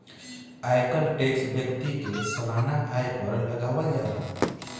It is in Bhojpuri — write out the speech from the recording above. आयकर टैक्स व्यक्ति के सालाना आय पर लागावल जाला